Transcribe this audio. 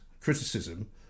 criticism